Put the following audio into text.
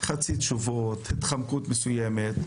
חצי תשובות, התחמקות מסוימת.